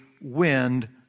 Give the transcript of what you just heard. wind